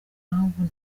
impamvu